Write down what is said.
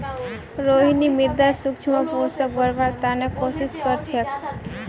रोहिणी मृदात सूक्ष्म पोषकक बढ़व्वार त न कोशिश क र छेक